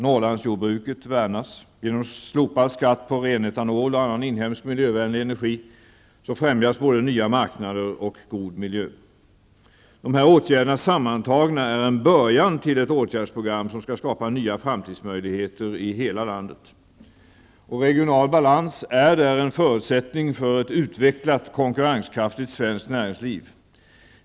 Norrlandsjordbruket värnas. Genom slopad skatt på ren etanol och annan inhemsk, miljövänlig energi främjas både nya marknader och god miljö. De här åtgärderna sammantagna är en början till ett åtgärdsprogram, som skall skapa nya framtidsmöjligheter i hela landet. Regional balans är en förutsättning för ett utvecklat och konkurrenskraftigt svenskt näringsliv.